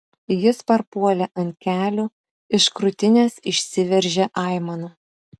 jis parpuolė ant kelių iš krūtinės išsiveržė aimana